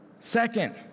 Second